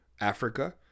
Africa